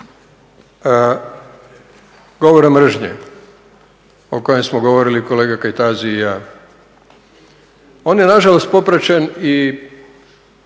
govora mržnje o kojem smo govorili kolega Kajtazi i ja on je na žalost popraćen i